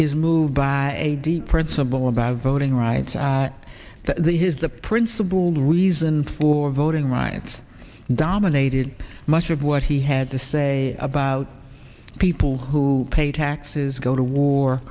is moved by a deep principle about voting rights that is the principal reason for voting rights dominated much of what he had to say about people who pay taxes go to war